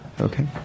Okay